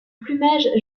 plumage